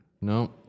No